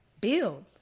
build